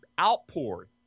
outpour